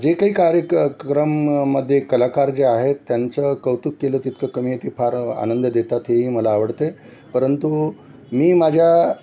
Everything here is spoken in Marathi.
जे काही कार्य क क्रममध्ये कलाकार जे आहेत त्यांचं कौतुक केलं तितकं कमी ते फार आनंद देतात हेही मला आवडते परंतु मी माझ्या